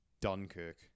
Dunkirk